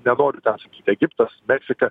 nenoriu ten sakyt egiptas meksika